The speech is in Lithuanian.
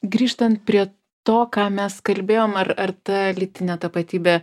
grįžtant prie to ką mes kalbėjom ar ar ta lytinė tapatybė